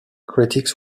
critics